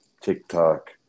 TikTok